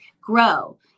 grow